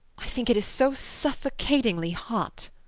i think it is so suffocatingly hot.